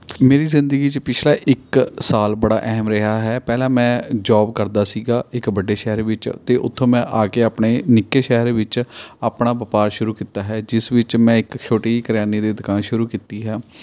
ਮੇਰੀ ਜ਼ਿੰਦਗੀ 'ਚ ਪਿਛਲਾ ਇੱਕ ਸਾਲ ਬੜਾ ਅਹਿਮ ਰਿਹਾ ਹੈ ਪਹਿਲਾ ਮੈਂ ਜੌਬ ਕਰਦਾ ਸੀਗਾ ਇੱਕ ਵੱਡੇ ਸ਼ਹਿਰ ਵਿੱਚ ਅਤੇ ਉੱਥੋਂ ਮੈਂ ਆ ਕੇ ਆਪਣੇ ਨਿੱਕੇ ਸ਼ਹਿਰ ਵਿੱਚ ਆਪਣਾ ਵਪਾਰ ਸ਼ੁਰੂ ਕੀਤਾ ਹੈ ਜਿਸ ਵਿੱਚ ਮੈਂ ਇੱਕ ਛੋਟੀ ਜਿਹੀ ਕਰਿਆਨੇ ਦੀ ਦੁਕਾਨ ਸ਼ੁਰੂ ਕੀਤੀ ਹੈ